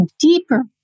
deeper